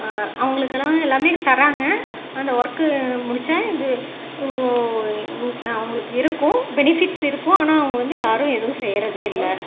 அவங்களுக்கெல்லாம் எல்லாம் தர்றாங்க அந்த ஒர்க்கு முடித்தா இது இவங்க அவங்களுக்கு இருக்கும் பெனிஃபிட்ஸ் இருக்கும் ஆனால் அவங்க வந்து யாரும் எதுவும் செய்கிறதே இல்லை